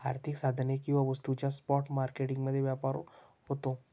आर्थिक साधने किंवा वस्तूंचा स्पॉट मार्केट मध्ये व्यापार होतो